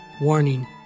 Warning